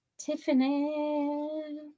Tiffany